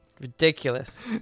ridiculous